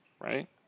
right